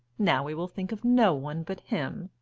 now we'll think of no one but him.